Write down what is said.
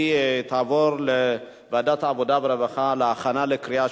לוועדת העבודה, הרווחה והבריאות